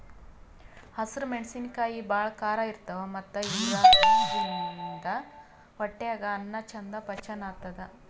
ಹಸ್ರ್ ಮೆಣಸಿನಕಾಯಿ ಭಾಳ್ ಖಾರ ಇರ್ತವ್ ಮತ್ತ್ ಇವಾದ್ರಿನ್ದ ಹೊಟ್ಯಾಗ್ ಅನ್ನಾ ಚಂದ್ ಪಚನ್ ಆತದ್